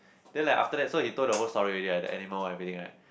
then like after that so he told the whole story there are the animal everything right